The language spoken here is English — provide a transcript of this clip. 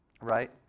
right